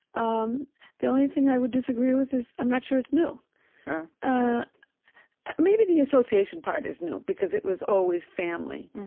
um the only thing i would disagree with is, i'm not sure it's new. maybe the association part is new, because it was always family,